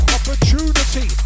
Opportunity